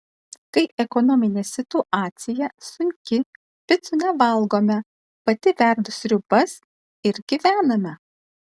kai ekonominė situacija sunki picų nevalgome pati verdu sriubas ir gyvename